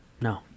No